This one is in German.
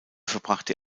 verbrachte